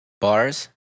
bars